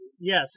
Yes